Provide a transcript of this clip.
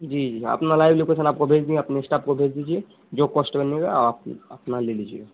جی جی اپنا live location آپ کو بھیج دیے اپنے اسٹاف کو بھیج دیجیے جو کوسٹ بنے گا آپ اپنا لے لیجیے گا